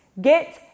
Get